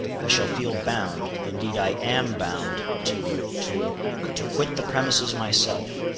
i shall feel bound indeed i am bound to to to quit the premises myself!